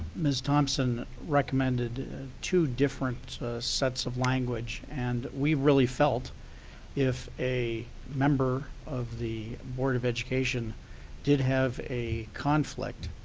ms thompson recommended two different sets of language. and we really felt if a member of the board of education did have a conflict,